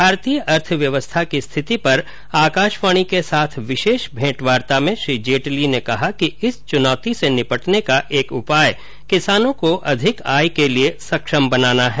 भारतीय अर्थव्यवस्था की स्थिति पर आकाशवाणी के साथ विशेष भेंटवार्ता में श्री जेटली ने कहा कि इस चुनौती से निपटने का एक उपाय किसानों को अधिक आय के लिए सक्षम बनाना है